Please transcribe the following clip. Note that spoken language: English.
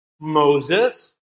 Moses